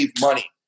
money